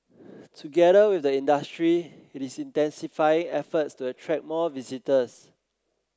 together with the industry it is intensifying efforts to attract more visitors